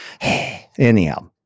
anyhow